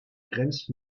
grenzt